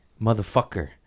motherfucker